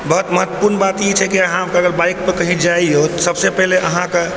सबसँ महत्वपुर्ण बात छइ कि अहाँ अगर बाइकपर कहीँ जाइयौ तऽ सबसँ पहिले अहाँके